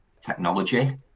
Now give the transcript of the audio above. technology